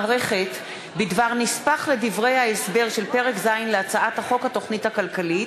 הודעת מערכת בדבר נספח לדברי ההסבר של פרק ז' להצעת חוק התוכנית הכלכלית